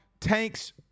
Tanks